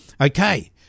Okay